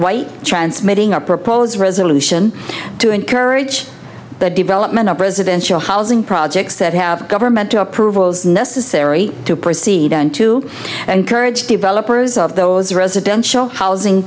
white transmitting our proposed resolution to encourage the development of residential housing projects that have government to approvals necessary to proceed and to encourage developers of those residential housing